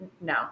no